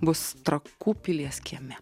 bus trakų pilies kieme